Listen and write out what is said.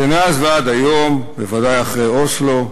ומאז ועד היום, בוודאי אחרי אוסלו,